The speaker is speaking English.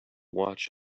watch